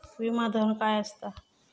विमा धन काय असता?